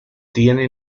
tiene